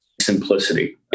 simplicity